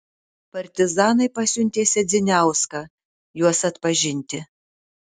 partizanai pasiuntė sedziniauską juos atpažinti